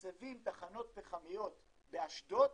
מסבים תחנות פחמיות באשדוד